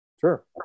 Sure